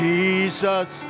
Jesus